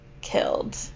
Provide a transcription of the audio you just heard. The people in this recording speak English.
killed